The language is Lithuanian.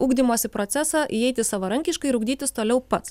ugdymosi procesą įeiti savarankiškai ir ugdytis toliau pats